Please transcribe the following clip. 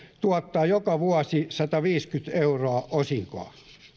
tuottaa joka vuosi sataviisikymmentä euroa osinkoa